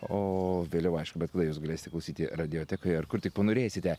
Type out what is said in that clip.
o vėliau aišku bet kada jūs galėsite klausyti radiotekoje ar kur tik panorėsite